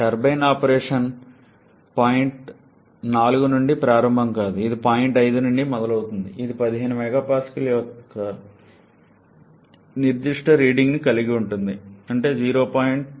turbine operation point 4 నుండి ప్రారంభం కాదు ఇది పాయింట్ 5 నుండి మొదలవుతుంది ఇది 15 MPa యొక్క నిర్దిష్ట రీడింగ్ను కలిగి ఉంటుంది అంటే 0